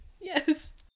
Yes